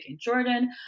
Jordan